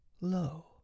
Lo